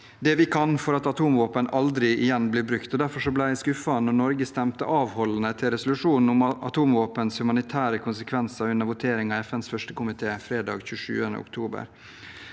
det vi kan for at atomvåpen aldri igjen blir brukt. Derfor ble jeg skuffet da Norge stemte avholdende til resolusjonen om atomvåpens humanitære konsekvenser under voteringen i FNs første komité fredag 27. oktober.